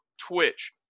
Twitch